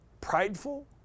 prideful